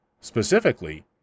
Specifically